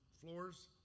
floors